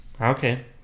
Okay